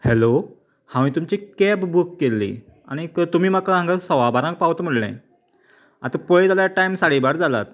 hello हांवें तुमची cab book केल्ली आनी तुमी म्हाका हांगा सवा बारांक पावता म्हणलें आतां पयत जाल्यार टायम साडे बारा जालात